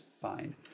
fine